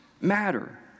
matter